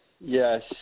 Yes